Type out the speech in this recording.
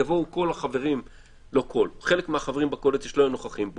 יבואו חלק מהחברים בקואליציה שלא היו נוכחים פה,